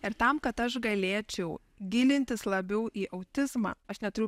ir tam kad aš galėčiau gilintis labiau į autizmą aš neturiu